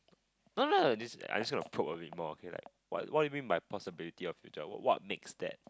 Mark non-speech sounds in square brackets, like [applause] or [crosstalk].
[noise] I just wanna poke a bit more okay like what what do you mean by possibility of future like what makes that